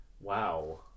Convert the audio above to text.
Wow